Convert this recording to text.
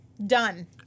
Done